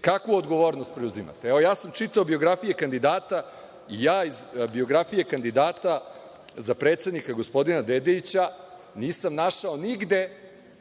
Kakvu odgovornost preuzimate? Evo, ja sam čitao biografije kandidata. Ja iz biografija kandidata za predsednika, gospodina Dedeića, nisam našao nigde